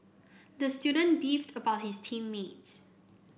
the student beefed about his team mates